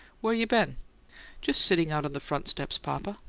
what you been just sitting out on the front steps, papa.